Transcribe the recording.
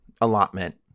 allotment